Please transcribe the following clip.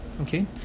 okay